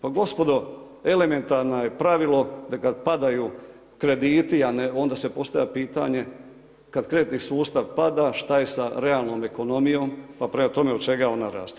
Pa gospodo, elementarno je pravilo, da kad padaju krediti, a onda se postavlja pitanje, kad kreditni sustav pada šta je sa realnom ekonomijom, pa prema tome od čega ona raste.